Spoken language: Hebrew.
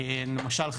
למשל,